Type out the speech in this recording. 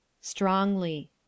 strongly